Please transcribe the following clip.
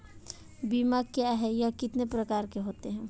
बीमा क्या है यह कितने प्रकार के होते हैं?